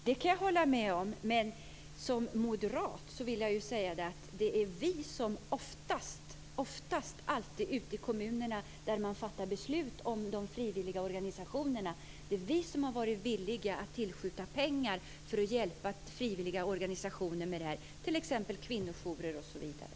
Fru talman! Det kan jag hålla med om. Men som moderat vill jag säga att det är vi som oftast ute i kommunerna, där man fattar beslut om de frivilliga organisationerna, har varit villiga att tillskjuta pengar för att hjälpa frivilliga organisationer med det här. Det gäller kvinnojourer osv.